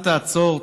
אל תעצור'",